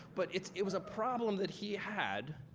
but it it was a problem that he had.